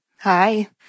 Hi